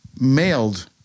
mailed